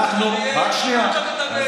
על מה אתה מדבר?